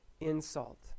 insult